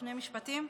שני משפטים.